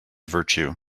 virtue